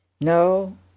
No